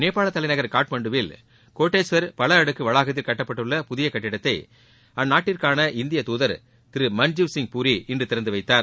நேபாள் தலைநகர் காட்மண்டுவில் கோட்டேஸ்வர் பல அடுக்கு வளாகத்தில் கட்டப்பட்டுள்ள புதிய கட்டிடத்த அந்நாட்டிற்கான இந்திய தூதர் திரு மன்ஜிவ் சிங் பூரி இன்று திறந்து வைத்தார்